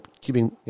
keeping